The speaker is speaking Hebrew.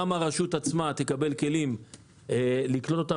גם הרשות עצמה תקבל כלים לקלוט אותם